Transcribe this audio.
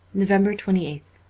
november twenty eighth